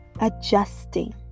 adjusting